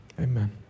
Amen